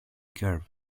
curve